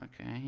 Okay